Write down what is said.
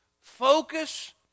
Focus